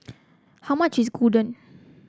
how much is Gyudon